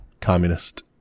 communist